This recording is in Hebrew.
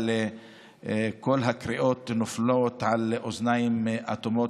אבל כל הקריאות נופלות על אוזניים אטומות,